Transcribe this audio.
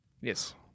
Yes